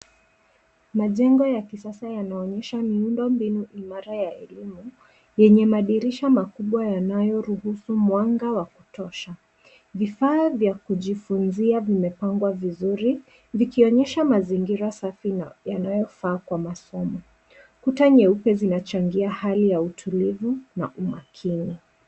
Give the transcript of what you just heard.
Majengo ya kisasa yanaonyesha miundombinu imara ya elimu yenye madirisha makubwa yanayoruhusu mwanga wa kutosha. Vifaa vya kujifunzia vimepangwa vizuri, vikionyesha mazingira safi yanayofaa Kwa masomo. Kuta nyeupe zinachangia hali ya utulivu na umakini.